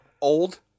old